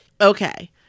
Okay